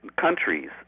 countries